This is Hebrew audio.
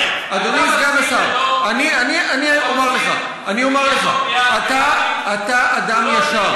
אני אומר לך: אתה אדם ישר,